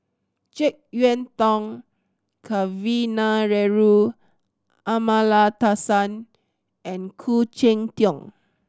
Jek Yeun Thong Kavignareru Amallathasan and Khoo Cheng Tiong